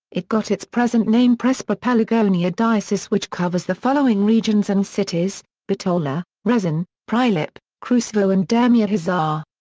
it got its present name prespa pelagonia diocese which covers the following regions and cities bitola, resen, prilep, krusevo and demir hisar.